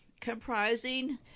comprising